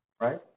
right